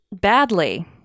Badly